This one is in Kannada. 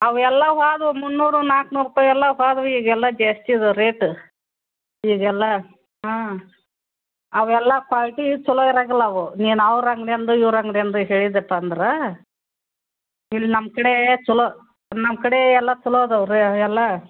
ಅವೆಲ್ಲ ಹೋದ್ವ್ ಮುನ್ನೂರು ನಾಲ್ಕುನೂರು ರುಪಾಯಿ ಎಲ್ಲ ಹೋದ್ವು ಈಗೆಲ್ಲ ಜಾಸ್ತಿ ಅದಾವು ರೇಟ್ ಈಗೆಲ್ಲ ಹಾಂ ಅವೆಲ್ಲ ಕ್ವಾಲಿಟಿ ಚಲೋ ಇರಂಗಿಲ್ಲ ಅವು ನೀವು ಅವ್ರ ಅಂಗ್ಡಿಯೊಂದು ಇವ್ರ ಅಂಗ್ಡಿಯೊಂದು ಹೇಳಿದೆಪಂದ್ರೆ ಇಲ್ಲಿ ನಮ್ಮಕಡೆ ಚಲೋ ನಮ್ಮಕಡೆ ಎಲ್ಲ ಚಲೋ ಅದಾವ್ ರೀ ಎಲ್ಲ